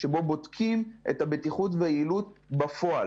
שבו בודקים את הבטיחות ואת היעילות בפועל.